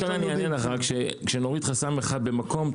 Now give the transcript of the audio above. כשנוריד חסם אחד במקום,